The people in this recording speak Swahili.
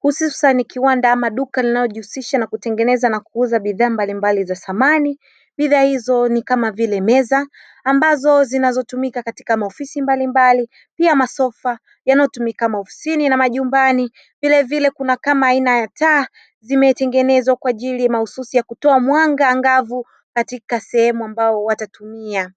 hususani kiwanda ama duka linalojihusisha na kutengeneza na kuuza bidhaa mbalimbali za samani, bidhaa hizo ni kama vile meza ambazo zinazotumika katika maofisi mbali mbali pia masofa yanayotumika maofisini na majumbani, vilevile kuna kama aina ya taa zimetengenezwa kwa ajili ya mahususi ya kutoa mwanga angavu katika sehemu ambao watatumia.